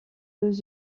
deux